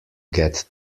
get